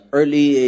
early